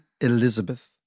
Elizabeth